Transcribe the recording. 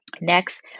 Next